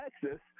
Texas